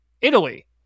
Italy